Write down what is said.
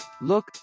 look